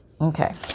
Okay